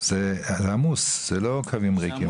זה עמוס, זה לא קווים ריקים.